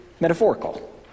metaphorical